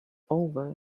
over